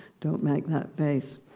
don't make that face.